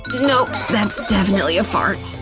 nope that's definitely a fart.